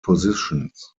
positions